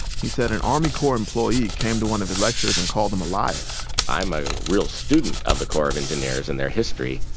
he said an army corps employee came to one of his lectures and called him a liar i'm a real student of the corps of engineers and their history,